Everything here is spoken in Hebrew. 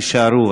יישארו,